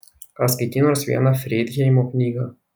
ar skaitei nors vieną freidheimo knygą